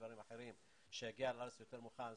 דברים אחרים כדי שיגיע לארץ יותר מוכן,